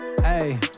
hey